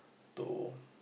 to